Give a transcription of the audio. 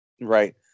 Right